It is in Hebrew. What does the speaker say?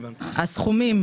הסכומים